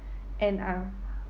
and uh